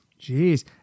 Jeez